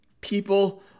People